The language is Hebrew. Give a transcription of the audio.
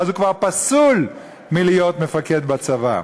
אז הוא כבר פסול מלהיות מפקד בצבא.